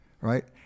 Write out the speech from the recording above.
right